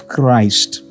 Christ